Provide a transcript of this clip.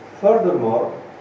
Furthermore